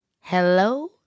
Hello